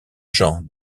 jean